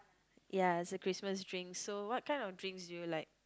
ya is a Christmas drink so what kind of drinks do you like